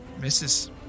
Misses